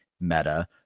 meta